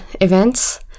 events